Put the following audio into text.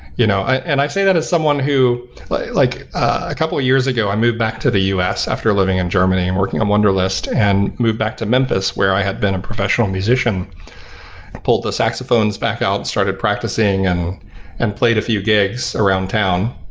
you know i say that as someone who like a couple of years ago, i moved back to the us after living in germany and working on wunderlist and moved back to memphis where i had been a professional musician. i pulled the saxophones back out and started practicing and and played a few gigs around town.